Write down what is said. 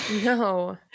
No